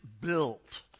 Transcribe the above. built